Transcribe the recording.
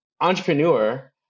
entrepreneur